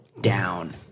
down